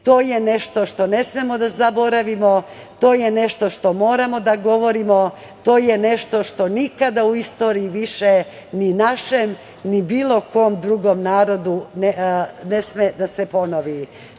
To je nešto što ne smemo da zaboravimo. To je nešto što moramo da govorimo. To je nešto što nikada u istoriji više ni našem, ni bilo kom drugom narodu ne sme da se ponovi. Moram